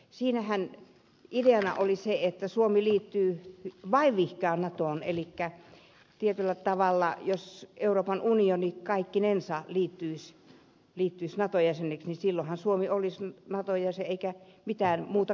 siinähän ideana oli se että suomi liittyy vaivihkaa natoon elikkä jos euroopan unioni kaikkinensa liittyisi naton jäseneksi niin silloinhan suomi olisi naton jäsen eikä mitään muuta tarvittaisi